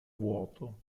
vuoto